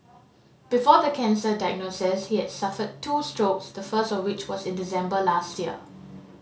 before the cancer diagnosis he had suffered two strokes the first of which was in December last year